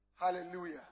Hallelujah